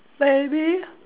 maybe